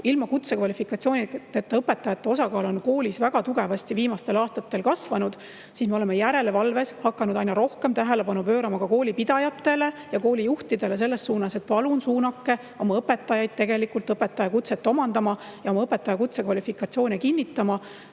ilma kutsekvalifikatsioonita õpetajate osakaal koolis on väga tugevasti viimastel aastatel kasvanud, siis me oleme järelevalves hakanud aina rohkem tähelepanu pöörama ka koolipidajatele ja koolijuhtidele, et nad suunaksid oma õpetajaid õpetaja kutset omandama ja õpetaja kutse kvalifikatsioone kinnitama,